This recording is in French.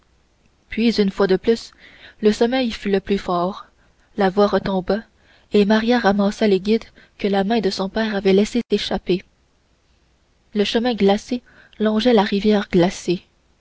puis une fois de plus le sommeil fut le plus fort la voix retomba et maria ramassa les guides que la main de son ère avait laissé échapper le chemin glacé longeait la rivière glacée